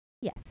Yes